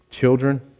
Children